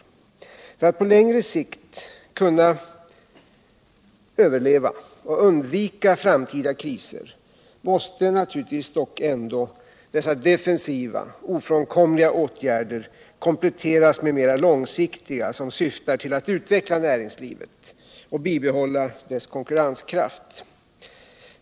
För att näringslivet på längre sikt skall kunna överleva och undvika framtida kriser måste ändå dessa ofrånkomliga defensiva åtgärder kompletteras med mer långsiktiga, som syftar till att utveckla näringslivet och bibehålla dess konkurrenskraft.